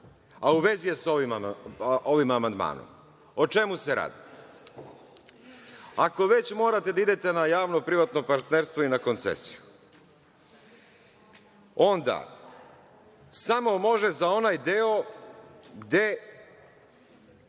a u vezi je sa ovim amandmanom.O čemu se radi? Ako već morate da idete na javno-privatno partnerstvo i na koncesiju, onda samo može za onaj deo gde